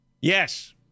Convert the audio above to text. Yes